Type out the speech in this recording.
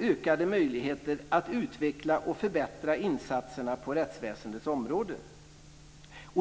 ökade möjligheter att utveckla och förbättra insatserna på rättsväsendets område.